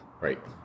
Right